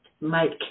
Mike